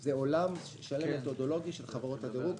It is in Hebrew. זה עולם שלם מתודולוגי של חברות הדירוג.